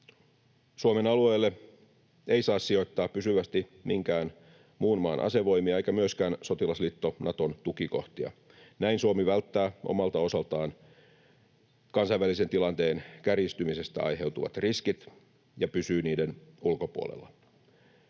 Suomen alueelle ei saa sijoittaa pysyvästi minkään muun maan asevoimia eikä myöskään sotilasliitto Naton tukikohtia. Näin Suomi välttää omalta osaltaan kansainvälisen tilanteen kärjistymisestä aiheutuvat riskit ja pysyy niiden ulkopuolella.